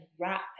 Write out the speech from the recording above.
wrap